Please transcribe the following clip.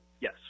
Yes